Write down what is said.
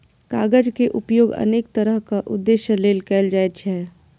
कागज के उपयोग अनेक तरहक उद्देश्य लेल कैल जाइ छै